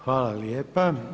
Hvala lijepa.